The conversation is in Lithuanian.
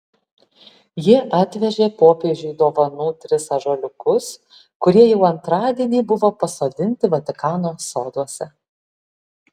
jie atvežė popiežiui dovanų tris ąžuoliukus kurie jau antradienį buvo pasodinti vatikano soduose